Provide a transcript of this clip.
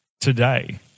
today